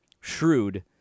Shrewd